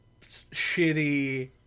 shitty